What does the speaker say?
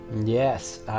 Yes